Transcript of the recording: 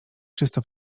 czysto